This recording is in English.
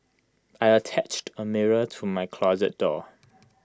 I attached A mirror to my closet door